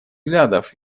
взглядов